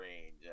range